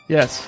Yes